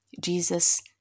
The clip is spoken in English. Jesus